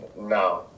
No